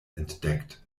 entdeckt